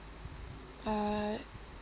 uh